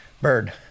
bird